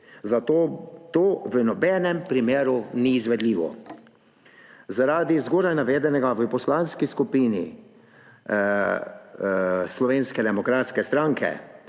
zato to v nobenem primeru ni izvedljivo. Zaradi zgoraj navedenega v Poslanski skupini Slovenske demokratske stranke